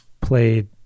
played